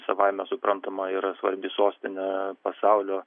savaime suprantama yra svarbi sostinė pasaulio